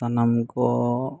ᱥᱟᱱᱟᱢ ᱠᱚ